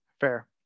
Fair